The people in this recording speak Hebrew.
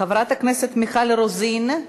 חברת הכנסת מיכל רוזין?